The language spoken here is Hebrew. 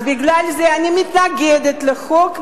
בגלל זה אני מתנגדת לחוק,